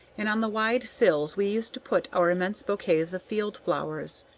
and on the wide sills we used to put our immense bouquets of field-flowers.